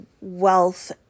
wealth